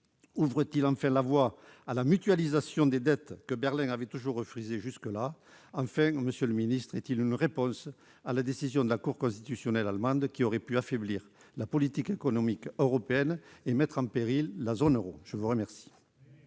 Ouvre-t-il enfin la voie à la mutualisation des dettes, que Berlin avait toujours refusée jusque-là ? Est-il une réponse à la décision de la Cour constitutionnelle allemande, qui aurait pu affaiblir la politique économique européenne et mettre en péril la zone euro ? Très bien